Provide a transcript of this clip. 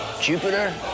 Jupiter